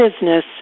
business